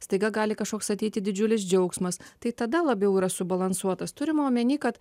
staiga gali kažkoks ateiti didžiulis džiaugsmas tai tada labiau yra subalansuotas turima omeny kad